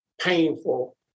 painful